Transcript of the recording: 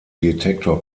detektor